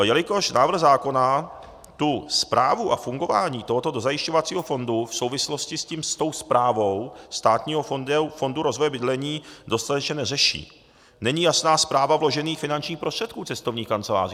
Jelikož návrh zákona tu správu a fungování tohoto dozajišťovacího fondu v souvislosti s tou správou Státního fondu rozvoje bydlení dostatečně neřeší, není jasná správa vložených finančních prostředků cestovních kanceláří.